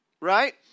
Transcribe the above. right